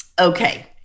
Okay